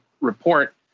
report